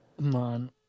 man